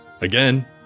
Again